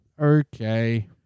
Okay